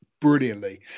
brilliantly